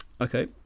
Okay